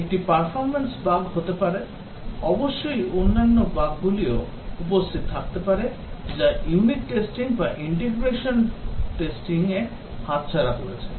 একটি performance bug হতে পারে অবশ্যই অন্যান্য বাগগুলিও উপস্থিত থাকতে পারে যা ইউনিট টেস্টিং বা ইন্টিগ্রেশন পরীক্ষা হাতছাড়া করেছে